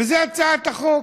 וזאת הצעת החוק,